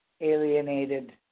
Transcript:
alienated